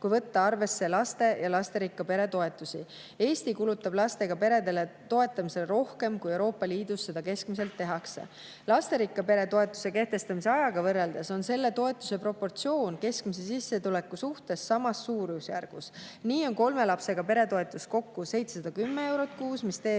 kui võtta arvesse lastetoetusi ja lasterikka pere toetusi. Eesti kulutab lastega perede toetamisele rohkem, kui Euroopa Liidus seda keskmiselt tehakse. Lasterikka pere toetuse kehtestamise ajaga võrreldes on selle toetuse proportsioon keskmise sissetuleku suhtes samas suurusjärgus. Nii on kolme lapsega pere toetus kokku 710 eurot kuus, mis teeb